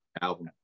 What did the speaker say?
album